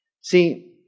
See